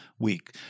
week